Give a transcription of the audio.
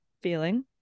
feeling